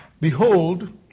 behold